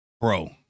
bro